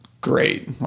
great